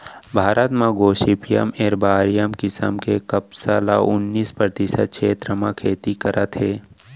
भारत म Gossypium arboreum किसम के कपसा ल उन्तीस परतिसत छेत्र म खेती करत हें